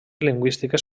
lingüístiques